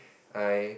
I